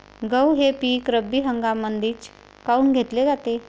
गहू हे पिक रब्बी हंगामामंदीच काऊन घेतले जाते?